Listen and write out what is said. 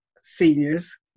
seniors